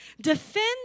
Defend